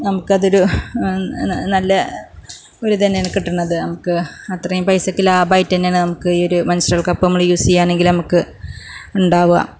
നമുക്ക് അതൊരു നല്ല ഒരിത് തന്നെയാണ് കിട്ടുന്നത് നമുക്ക് അത്രയും പൈസയ്ക്ക് ലാഭമായിട്ട് തന്നെയാണ് നമുക്ക് ഈ ഒരു മെൻസ്ട്രൽ കപ്പ് നമ്മൾ യൂസ് ചെയ്യുവാണെങ്കിൽ നമുക്ക് ഉണ്ടാവുക